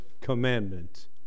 commandments